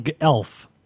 elf